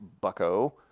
Bucko